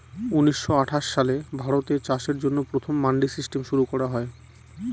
উনিশশো আঠাশ সালে ভারতে চাষের জন্য প্রথম মান্ডি সিস্টেম শুরু করা হয়